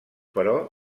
però